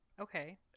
Okay